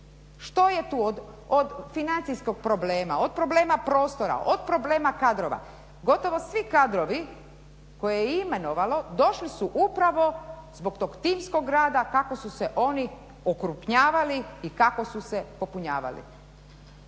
što je tu od financijskog problema, od problema prostora, od problema kadrova. Gotovo svi kadrovi koje je imenovalo došli su upravo zbog tog timskog rada kako su se oni okrupnjavali i kako su se popunjavali.